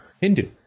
Hindu